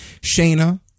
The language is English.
Shayna